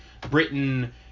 britain